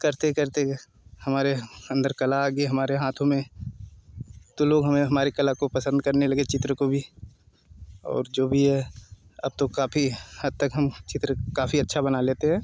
करते करते गए हमारे अन्दर कला आ गई हमारे हाथों में तो लोग हमें हमारी कला को पसंद करने लगे चित्र को भी और जो भी है अब तो काफ़ी हद तक हम चित्र काफ़ी अच्छा बना लेते हैं